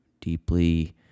Deeply